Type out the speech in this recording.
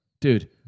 Dude